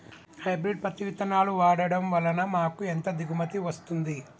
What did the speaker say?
Hybrid పత్తి విత్తనాలు వాడడం వలన మాకు ఎంత దిగుమతి వస్తుంది?